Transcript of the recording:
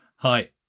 Hi